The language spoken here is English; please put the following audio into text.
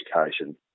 education